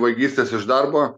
vagystės iš darbo